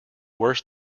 worse